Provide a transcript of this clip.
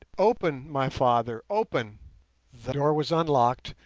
open, my father, open the door was unlocked,